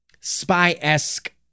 spy-esque